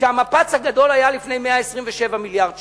שהמפץ הגדול היה לפני 127 מיליארד שנה.